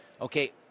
Okay